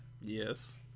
Yes